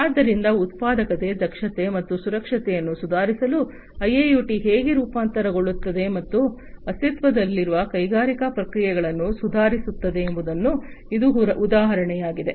ಆದ್ದರಿಂದ ಉತ್ಪಾದಕತೆ ದಕ್ಷತೆ ಮತ್ತು ಸುರಕ್ಷತೆಯನ್ನು ಸುಧಾರಿಸಲು ಐಐಒಟಿ ಹೇಗೆ ರೂಪಾಂತರಗೊಳ್ಳುತ್ತದೆ ಮತ್ತು ಅಸ್ತಿತ್ವದಲ್ಲಿರುವ ಕೈಗಾರಿಕಾ ಪ್ರಕ್ರಿಯೆಗಳನ್ನು ಸುಧಾರಿಸುತ್ತದೆ ಎಂಬುದಕ್ಕೆ ಇದು ಉದಾಹರಣೆಯಾಗಿದೆ